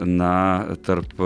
na tarp